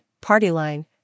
party-line